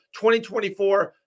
2024